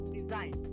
design